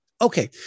Okay